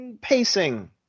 Pacing